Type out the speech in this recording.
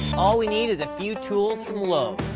all we need is a few tools from lowe's,